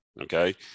okay